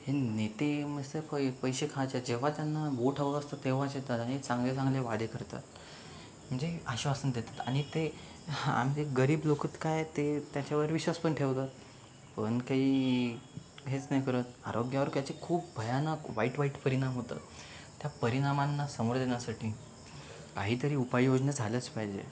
हे नेते नुसते पैसे खातात जेव्हा त्यांना व्होट हवं असतं तेव्हाच येतात आणि चांगले चांगले वादे करतात म्हणजे आश्वासन देतात आणि ते हं आणि ते गरीब लोक तर काय ते त्यांच्यावर विश्वास पण ठेवतात पण काही हेच नाही करत आरोग्यावर त्याचे खूप भयानक वाईट वाईट परिणाम होतात त्या परिणामांना सामोरे जाण्यासाठी काहीतरी उपाययोजना झाल्याच पाहिजे